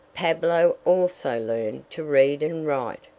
pablo also learned to read and write.